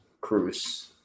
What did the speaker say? cruz